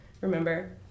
remember